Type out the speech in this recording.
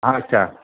आच्छा